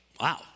Wow